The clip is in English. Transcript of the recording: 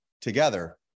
together